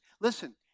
Listen